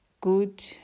good